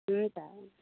हुन्छ